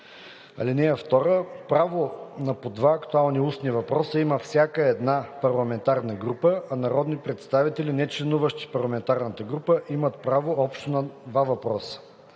данни. (2) Право на по два актуални устни въпроса има всяка една парламентарна група, а народни представители, нечленуващи в парламентарна група, имат право общо на два въпроса.